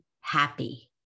happy